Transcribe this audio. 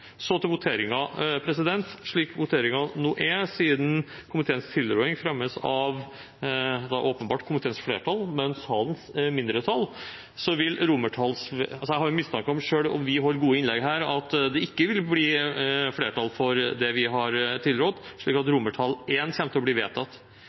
Så til voteringen. Siden komiteens tilråding fremmes av komiteens flertall, har salens mindretall mistanke om at selv om vi holder gode innlegg her, vil det ikke bli flertall for det vi har tilrådd, slik at